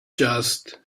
just